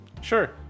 Sure